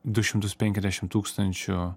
du šimtus penkiasdešim tūkstančių